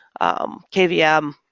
KVM